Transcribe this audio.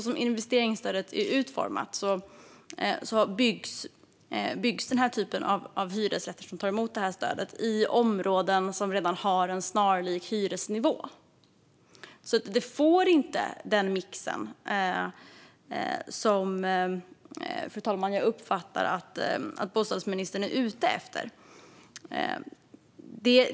Som investeringsstödet är utformat byggs den typ av hyresrätter som tar emot det här stödet i områden som redan har en snarlik hyresnivå. Man får alltså inte, fru talman, den mix som jag uppfattar att bostadsministern är ute efter.